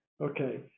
Okay